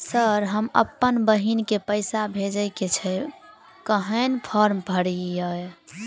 Sir हम अप्पन बहिन केँ पैसा भेजय केँ छै कहैन फार्म भरीय?